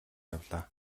явлаа